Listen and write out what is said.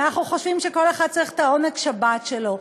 ואנחנו חושבים שכל אחד צריך את העונג-שבת שלו.